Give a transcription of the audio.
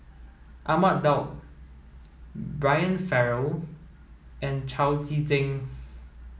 Ahmad Daud Brian Farrell and Chao Tzee Cheng